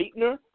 Leitner